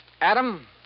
Adam